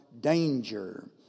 danger